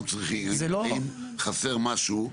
לא, השאלה אם אנחנו צריכים, אם חסר משהו בסמכות,